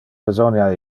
besonia